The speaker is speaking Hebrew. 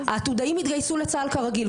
העתודאים התגייסו לצה"ל כרגיל,